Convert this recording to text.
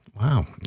Wow